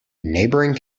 neighboring